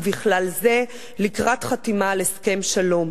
ובכלל זה לקראת חתימה על הסכם שלום.